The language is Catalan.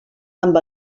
amb